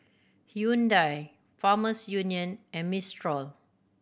Hyundai Farmers Union and Mistral